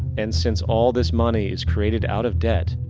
and, since all this money is created out of debt,